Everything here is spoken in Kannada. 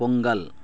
ಪೊಂಗಲ್